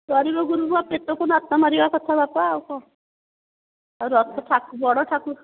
ଚାରି ରୋଗରୁ ପା ପେଟକୁ ଲାତ ମାରିବା କଥା ବାପା ଆଉ କ'ଣ ଆଉ ରଥ ଠାକୁ ବଡ଼ ଠାକୁର